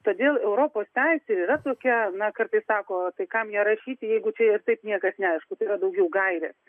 todėl europos teisė yra tokia na kartais sako tai kam ją rašyti jeigu čia ir taip niekas neaišku tai yra daugiau gairės